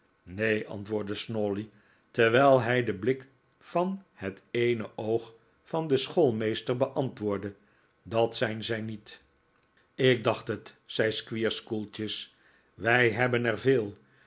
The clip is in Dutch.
neen antwoordde snawley terwijl hij den blik van het eene oog van den schoolmeester beantwoordde dat zijn zij niet ik dacht het zei squeers koeltjes wij hebben er veel